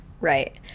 Right